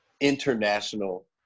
international